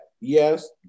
yes